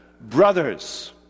brothers